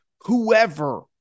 whoever